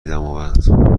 دماوند